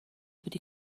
بودی